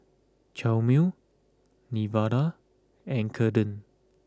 Chalmer Nevada and Kaeden